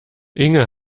inge